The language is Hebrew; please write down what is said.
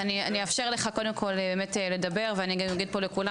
אז אני אאפשר לך קודם כל באמת לדבר ואני גם אגיד פה לכולם